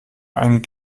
einen